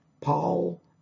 Paul